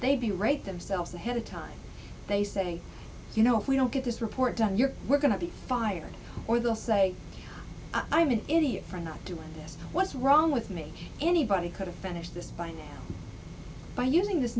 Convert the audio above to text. they'd be right themselves ahead of time they say you know if we don't get this report done you're we're going to be fired or they'll say i'm an idiot for not doing this what's wrong with me anybody could offend is this by and by using this